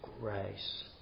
grace